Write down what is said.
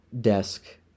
desk